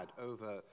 over